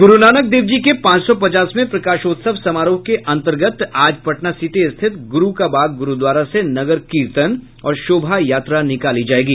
गुरूनानक देव जी के पांच सौ पचासवें प्रकाशोत्सव समारोह के अन्तर्गत आज पटना सिटी स्थित गुरू का बाग गुरूद्वारा से नगर कीर्तन और शोभा यात्रा निकाली जायेगी